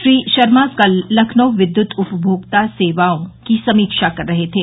श्री शर्मा कल लखनऊ विद्युत उपभोक्ता सेवाओं की समीक्षा कर रहे थे